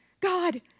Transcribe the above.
God